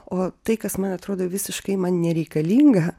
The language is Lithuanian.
o tai kas man atrodo visiškai man nereikalinga